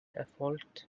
erfolgt